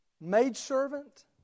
maidservant